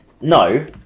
No